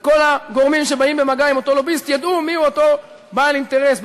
וכל הגורמים שבאים במגע עם אותו לוביסט ידעו מיהו אותו בעל אינטרס,